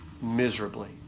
miserably